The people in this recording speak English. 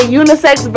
unisex